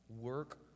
work